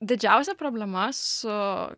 didžiausia problema su